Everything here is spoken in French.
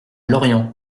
lorient